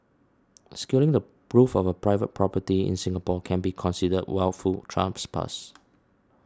scaling the roof of a private property in Singapore can be considered wilful trespass